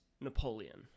Napoleon